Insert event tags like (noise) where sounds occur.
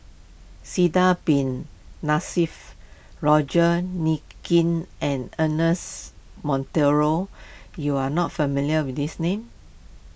Sidek Bin (unintelligible) Roger (unintelligible) and Ernest Monteiro you are not familiar with these names